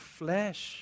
flesh